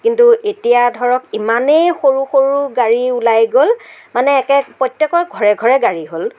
কিন্তু এতিয়া ধৰক ইমানেই সৰু সৰু গাড়ী ওলাই গ'ল মানে একে প্ৰত্য়েকৰ ঘৰে ঘৰে গাড়ী হ'ল